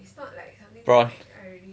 it's not like brush I already